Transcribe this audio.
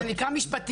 זה נקרא משפטיות.